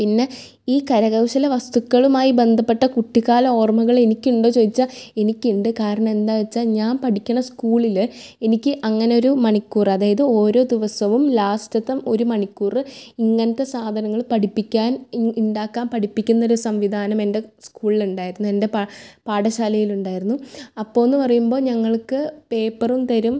പിന്നെ ഈ കരകൗശല വസ്തുക്കളുമായി ബന്ധപ്പെട്ട കുട്ടിക്കാല ഓർമ്മകള് എനിക്കുണ്ടോ ചോദിച്ചാൽ എനിക്കുണ്ട് കാരണം എന്താന്ന് വെച്ചാൽ ഞാൻ പഠിക്കണ സ്കൂളില് എനിക്ക് അങ്ങനൊരു മണിക്കൂറ് അതായത് ഓരോ ദിവസവും ലാസ്റ്റത്തെ ഒരു മണിക്കൂറ് ഇങ്ങനത്തെ സാധനങ്ങള് പഠിപ്പിക്കാൻ ഉൻ ഉണ്ടാക്കാൻ പഠിപ്പിക്കുന്നൊരു സംവിധാനം എൻ്റെ സ്കൂളിലുണ്ടായിരുന്നു എൻ്റെ പ പാഠ ശാലയിൽ ഉണ്ടായിരുന്നു അപ്പോഴെന്ന് പറയുമ്പോൾ ഞങ്ങൾക്ക് പേപ്പറും തരും